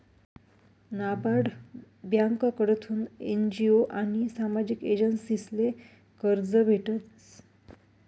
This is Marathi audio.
नाबार्ड ब्यांककडथून एन.जी.ओ आनी सामाजिक एजन्सीसले कर्ज भेटस